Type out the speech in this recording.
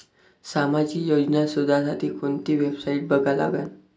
सामाजिक योजना शोधासाठी कोंती वेबसाईट बघा लागन?